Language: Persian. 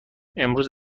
امروز